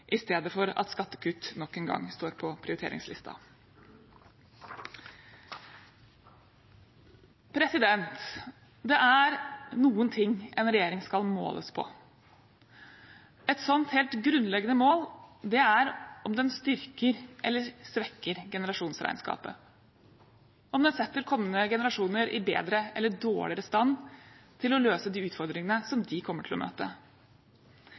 i stedet for at skattekutt nok en gang står på prioriteringslisten. Det er noen ting en regjeringen skal måles på. Et helt grunnleggende mål er om den styrker eller svekker generasjonsregnskapet, om den setter kommende generasjoner i bedre eller dårligere stand til å løse de utfordringene de kommer til å møte.